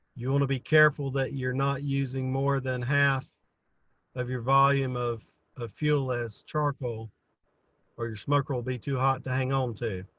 you want to be careful that you're not using more than half of your volume of a fuel, less charcoal or your smoker will be too hot to hang on um to.